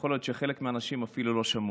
שיכול להיות שחלק מהאנשים אפילו לא שמעו.